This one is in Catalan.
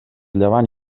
llevant